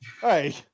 Hey